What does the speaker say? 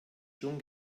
schon